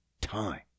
time